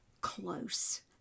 close